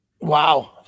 Wow